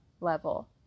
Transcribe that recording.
level